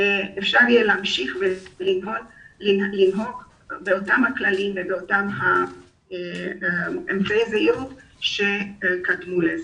אפשר יהיה להמשיך ולנהוג באותם הכללים ובאותם אמצעי הזהירות שקדמו לזה,